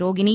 Rohini